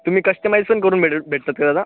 तुमी कश्टमाईज पण करून भेटेल भेटतात का दादा